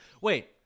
wait